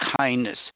kindness